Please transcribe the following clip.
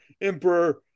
Emperor